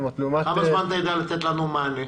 בעוד כמה זמן תוכל לתת לנו מענה?